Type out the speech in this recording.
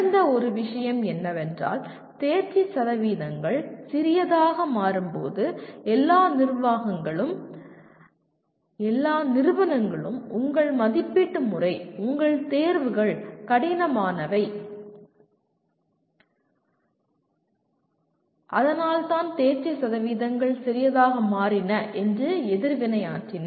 நடந்த ஒரு விஷயம் என்னவென்றால் தேர்ச்சி சதவீதங்கள் சிறியதாக மாறும்போது எல்லா நிர்வாகங்களும் நிறுவனங்களும் உங்கள் மதிப்பீட்டு முறை உங்கள் தேர்வுகள் கடினமானவை அதனால்தான் தேர்ச்சி சதவீதங்கள் சிறியதாக மாறின என்று எதிர்வினையாற்றின